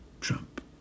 Trump